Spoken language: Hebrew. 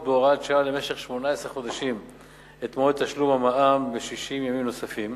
בהוראת שעה למשך 18 חודשים את מועד תשלום המע"מ ב-60 ימים נוספים